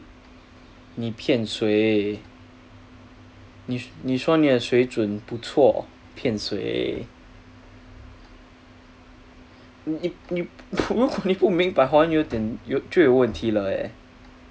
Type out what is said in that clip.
你骗谁你说你的水准不错骗谁你你不你不明白华文有点就有问题了耶